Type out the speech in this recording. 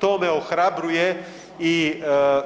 To me ohrabruje i